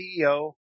CEO